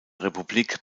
republik